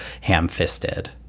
ham-fisted